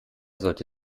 sollte